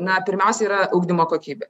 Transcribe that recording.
na pirmiausia yra ugdymo kokybė